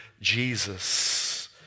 Jesus